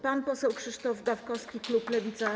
Pan poseł Krzysztof Gawkowski, klub Lewica.